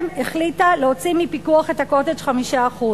החליטה להוציא מפיקוח את ה"קוטג'" 5%?